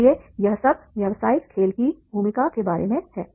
इसलिए यह सब व्यावसायिक खेल की भूमिका के बारे में है